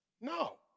No